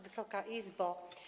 Wysoka Izbo!